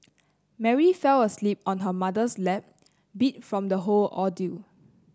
Mary fell asleep on her mother's lap beat from the whole ordeal